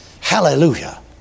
Hallelujah